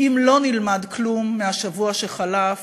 כי אם לא נלמד כלום מהשבוע שחלף,